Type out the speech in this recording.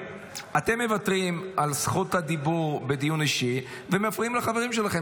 אתם מוותרים על זכות הדיבור בדיבור אישי ומפריעים לחברים שלכם.